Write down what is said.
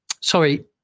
sorry